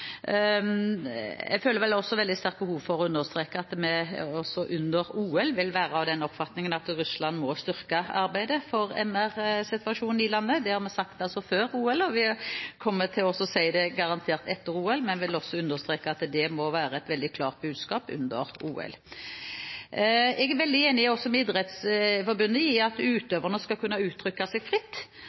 understreke at vi også under OL vil være av den oppfatningen at Russland må styrke arbeidet for menneskerettighetssituasjonen i landet. Det har vi sagt før OL, og vi kommer garantert til å si det etter OL, men jeg vil også understreke at det må være et veldig klart budskap under OL. Jeg er også veldig enig med Idrettsforbundet i at utøverne skal kunne uttrykke seg fritt,